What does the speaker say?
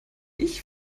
ich